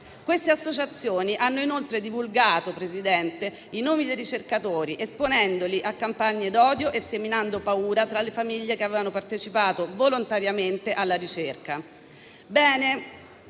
Queste associazioni hanno inoltre divulgato i nomi dei ricercatori, esponendoli a campagne d'odio e seminando paura tra le famiglie che avevano partecipato volontariamente alla ricerca.